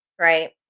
Right